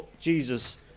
Jesus